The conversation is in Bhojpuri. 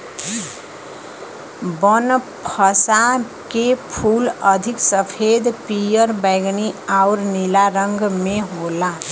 बनफशा के फूल अधिक सफ़ेद, पियर, बैगनी आउर नीला रंग में होला